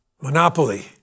Monopoly